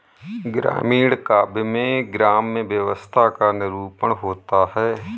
ग्रामीण काव्य में ग्राम्य व्यवस्था का निरूपण होता है